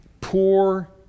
poor